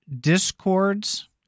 discords